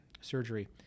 surgery